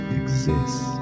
exist